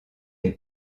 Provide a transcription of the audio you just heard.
des